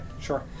sure